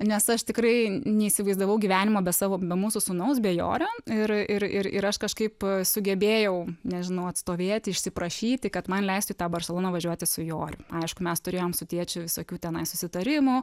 nes aš tikrai neįsivaizdavau gyvenimo be savo be mūsų sūnaus be jorio ir ir ir ir aš kažkaip sugebėjau nežinau atstovėt išsiprašyti kad man leistų į tą barseloną važiuoti su joriu aišku mes turėjom su tėčiu visokių tenai susitarimų